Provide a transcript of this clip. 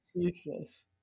Jesus